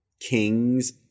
kings